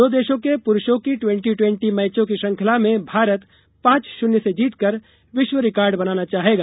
दो देशों के पुरूषों की ट्वेंटी ट्वेंटी मैचों की श्रृंखला में भारत पांच शून्य से जीतकर विश्व रिकार्ड बनाना चाहेगा